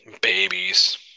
Babies